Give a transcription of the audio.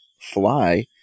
fly